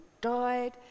died